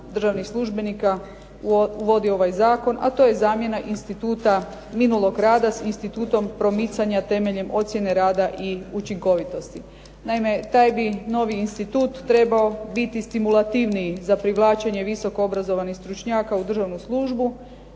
državnih službenika uvodi ovaj zakon, a to je zamjena instituta minulog rada s institutom promicanja temeljem ocjene rada i učinkovitosti. Naime, taj bi novi institut trebao biti stimulativniji za privlačenje visoko obrazovanih stručnjaka u državnu službu